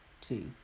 two